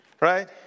Right